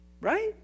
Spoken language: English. right